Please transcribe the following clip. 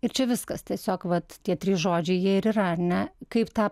ir čia viskas tiesiog vat tie trys žodžiai jie ir yra ar ne kaip tą